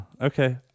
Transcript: Okay